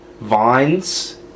vines